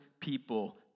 people